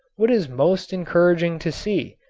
what is most encouraging to see,